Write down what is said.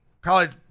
college